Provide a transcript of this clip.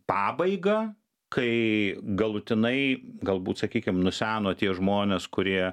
pabaigą kai galutinai galbūt sakykim nuseno tie žmonės kurie